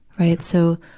right. so,